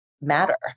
matter